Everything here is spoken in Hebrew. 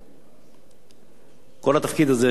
כל התפקיד הזה של שר להגנת העורף נוצר